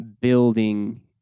building